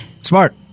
Smart